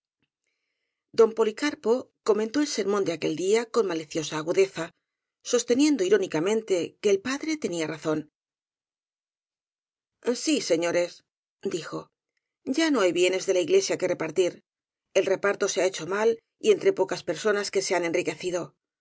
don policarpo comentó el sermón de aquel día con maliciosa agudeza sosteniendo irónicamente que el padre tenía razón sí señores dijo ya no hay bienes de la iglesia que repartir el reparto se ha hecho mal y entre pocas personas que se han enriquecido